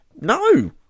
no